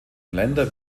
länder